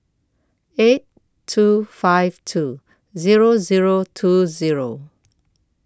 eight two five two Zero Zero two Zero